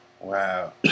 wow